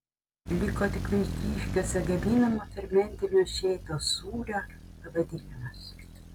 liko tik vilkyškiuose gaminamo fermentinio šėtos sūrio pavadinimas